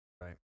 Right